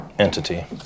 entity